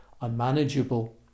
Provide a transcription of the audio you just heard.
unmanageable